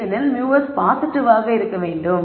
ஏனெனில் μs பாசிட்டிவாக இருக்க வேண்டும்